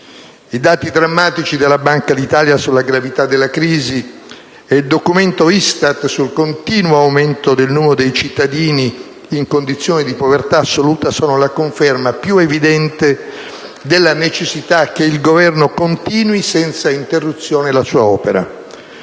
I dati drammatici della Banca d'Italia sulla gravità della crisi e il documento ISTAT sul continuo aumento del numero dei cittadini in condizioni di povertà assoluta sono la conferma più evidente della necessità che il Governo continui senza interruzione la sua opera.